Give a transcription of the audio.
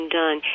done